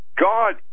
God